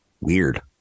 Weird